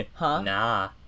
nah